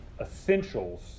essentials